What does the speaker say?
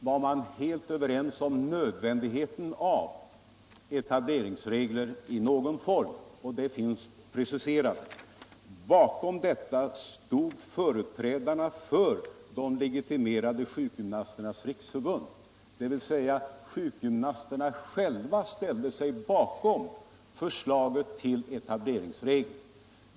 Herr talman! Bara helt kort! När riksförsäkringsverket lade fram sitt förslag var man helt överens om nödvändigheten av etableringsregler i någon form — det finns preciserat. Bakom detta förslag stod företrädarna för de legitimerade sjukgymnasternas riksförbund. Sjukgymnasterna själva ställde sig alltså bakom förslaget till etableringsregler.